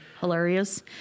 hilarious